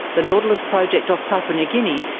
the nautilus project off papua new guinea,